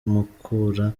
mukura